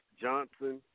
Johnson